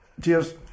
cheers